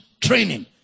training